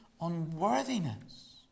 unworthiness